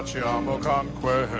facciamo con questo?